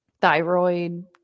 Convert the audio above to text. Thyroid